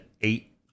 eight